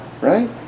right